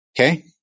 Okay